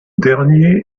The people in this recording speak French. dernier